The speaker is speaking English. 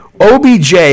OBJ